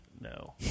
No